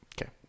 okay